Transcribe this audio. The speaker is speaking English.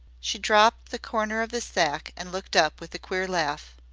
she dropped the corner of the sack and looked up with a queer laugh.